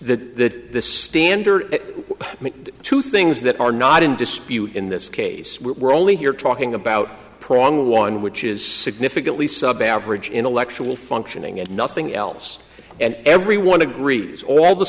it's the standard two things that are not in dispute in this case we're only here talking about pulling one which is significantly sub average intellectual functioning and nothing else and everyone agrees all the